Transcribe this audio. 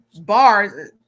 bars